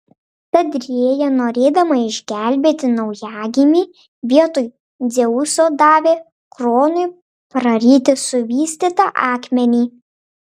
tad rėja norėdama išgelbėti naujagimį vietoj dzeuso davė kronui praryti suvystytą akmenį